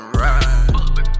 ride